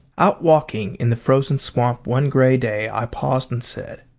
out walking in the frozen swamp one grey day i paused and said,